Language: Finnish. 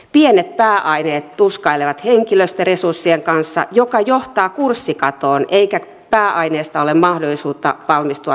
pienet pääaineet tuskailevat henkilöstöresurssien kanssa mikä johtaa kurssikatoon eikä pääaineesta ole mahdollisuutta valmistua tavoiteajassa